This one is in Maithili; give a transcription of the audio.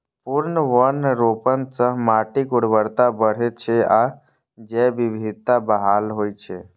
पुनर्वनरोपण सं माटिक उर्वरता बढ़ै छै आ जैव विविधता बहाल होइ छै